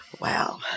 Wow